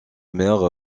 mer